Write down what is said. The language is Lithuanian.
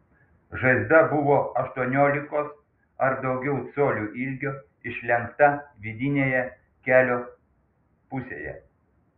žaizda buvo aštuoniolikos ar daugiau colių ilgio išlenkta vidinėje kelio pusėje